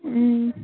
اۭں